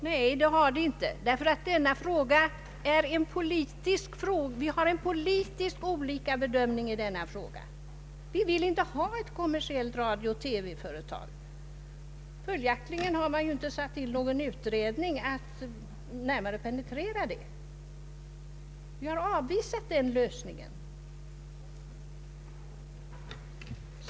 Nej, någon sådan utredning har inte tillsatts, ty vi har olika politiska bedömningar i denna fråga. Vi vill inte ha ett kommersiellt radio-TV företag. Följaktligen har vi inte tillsatt någon utredning att närmare penetrera denna sak. Vi har avvisat den lösningen.